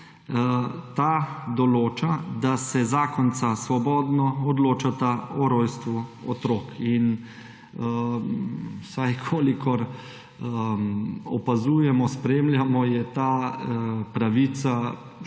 Ta določa, da se zakonca svobodno odločata o rojstvu otrok. In vsaj kolikor opazujemo, spremljamo, je ta pravica